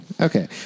Okay